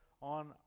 on